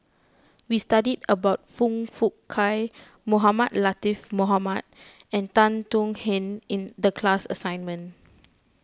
we studied about Foong Fook Kay Mohamed Latiff Mohamed and Tan Thuan Heng in the class assignment